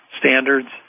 standards